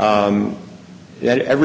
you had every